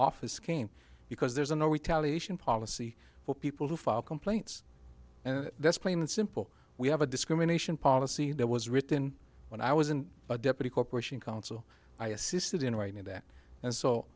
office came because there's a no retaliation policy for people who file complaints and that's plain and simple we have a discrimination policy that was written when i was in the deputy corporation counsel i assisted in writing that and so